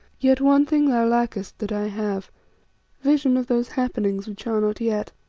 yet one thing thou lackest that i have vision of those happenings which are not yet.